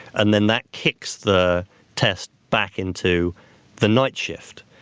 and then that kicks the test back into the night shift,